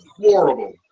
horrible